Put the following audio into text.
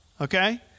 okay